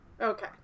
okay